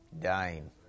dying